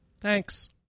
Thanks